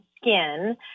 skin